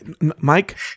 Mike